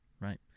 right